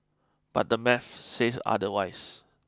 but the math says otherwise